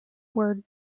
word